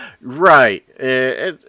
Right